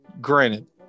granted